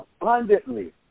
abundantly